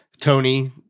Tony